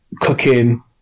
cooking